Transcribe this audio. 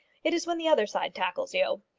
it's when the other side tackles you!